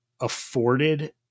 afforded